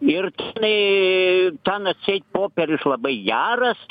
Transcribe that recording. ir tai ten atseit popierius labai geras